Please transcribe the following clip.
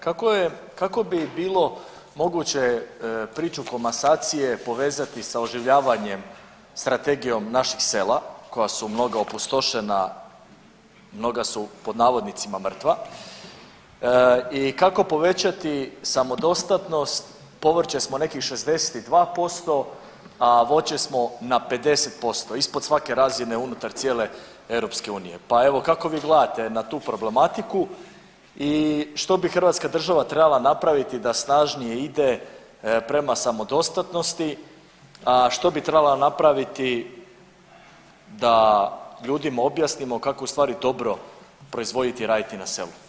Kako je, kako bi bilo moguće priču komasacije povezati sa oživljavanjem strategijom naših sela koja su mnoga opustošena, mnoga su pod navodnicima mrtva i kako povećati samodostatnost, povrće smo nekih 62%, a voće smo na 50%, ispod svake razine unutar cijele EU, pa evo kako vi gledate na tu problematiku i što bi hrvatska država trebala napraviti da snažnije ide prema samodostatnosti, a što bi trebala napraviti da ljudima objasnimo kako je u stvari dobro proizvoditi i raditi na selu?